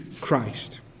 Christ